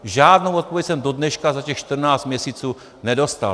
Žádnou odpověď jsem dodneška za těch 14 měsíců nedostal.